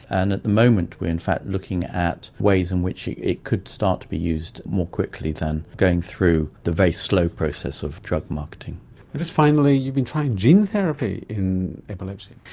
and at the moment we are in fact looking at ways in which it could start to be used more quickly than going through the very slow process of drug marketing. and just finally, you've been trying gene therapy in epilepsy.